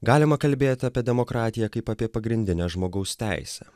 galima kalbėt apie demokratiją kaip apie pagrindinę žmogaus teisę